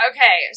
Okay